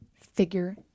figure